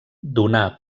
donà